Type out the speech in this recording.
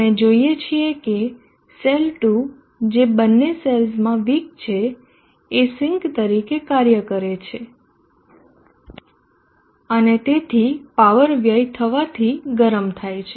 આપણે જોઈએ છીએ કે સેલ 2 જે બંને સેલ્સમાં વીક છે એ સિંક તરીકે કાર્ય કરે છે અને તેથી પાવર વ્યય થવાથી ગરમ થાય છે